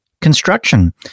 Construction